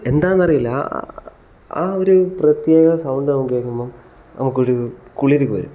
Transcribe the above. എന്താന്ന് അറിയില്ല ആ ആ ഒരു പ്രത്യേക സൗണ്ട് നമുക്ക് കേൾക്കുമ്പം നമുക്ക് ഒരു കുളിരു വരും